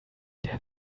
der